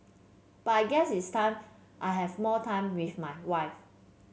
but I guess it's time I have more time with my wife